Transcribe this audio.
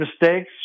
mistakes